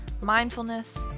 mindfulness